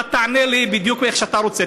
אתה תענה לי בדיוק איך שאתה רוצה.